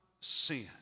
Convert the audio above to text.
sin